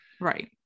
Right